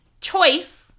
choice